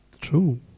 true